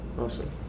awesome